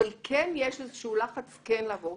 אבל כן יש איזשהו לחץ לעבור.